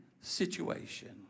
situation